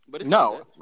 No